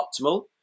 optimal